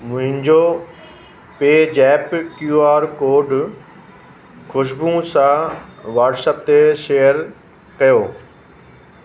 मुंहिंजो पेजेप्प QR code ख़ुशबूइ सां व्हाट्सएप ते शेयर कयो